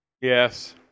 Yes